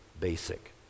basic